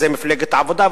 זו מפלגת העבודה.